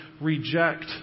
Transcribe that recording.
reject